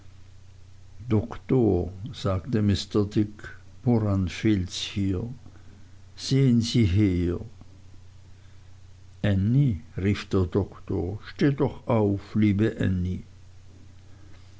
doktor sagte mr dick woran fehlts hier sehen sie her ännie rief der doktor steh doch auf liebe ännie